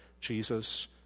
Jesus